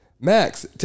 Max